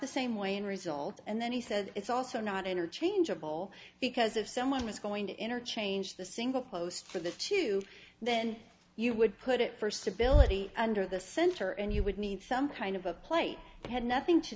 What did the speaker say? the same way and result and then he says it's also not interchangeable because if someone was going to interchange the single post for the two then you would put it first ability under the center and you would need some kind of a plate that had nothing to